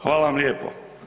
Hvala vam lijepo.